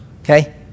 Okay